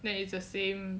then it's the same